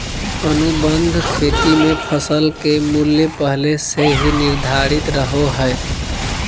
अनुबंध खेती मे फसल के मूल्य पहले से ही निर्धारित रहो हय